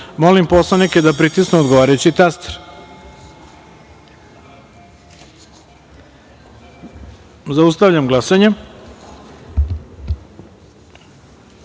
poslanike da pritisnu odgovarajući taster. Zaustavljam glasanje: